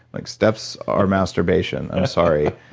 like steps are masturbation i'm sorry.